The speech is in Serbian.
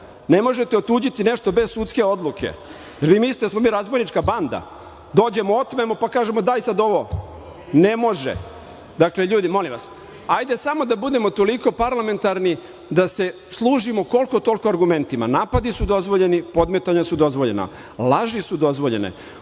Ne možete otuđiti nešto bez sudske odluke, jel vi mislite da smo mi razbojnička banda? Dođemo, otmemo, pa kažemo – daj sad ovo. Ne može. Dakle, ljudi, molim vas, hajmo samo da budemo toliko parlamentarni da se služimo koliko, toliko argumentima. Napadi su dozvoljeni, podmetanja su dozvoljena, laži su dozvoljene.